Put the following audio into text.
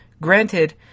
Granted